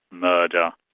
murder.